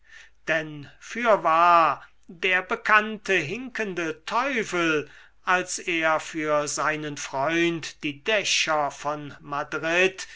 denn fürwahr der bekannte hinkende teufel als er für seinen freund die dächer von madrid